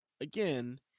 again